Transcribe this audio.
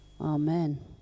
Amen